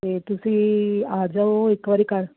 ਅਤੇ ਤੁਸੀਂ ਆ ਜਾਓ ਇੱਕ ਵਾਰੀ ਕਰ